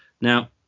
Now